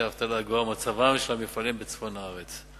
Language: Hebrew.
האבטלה הגואה ומצבם של המפעלים בצפון הארץ.